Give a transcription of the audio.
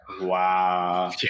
wow